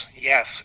yes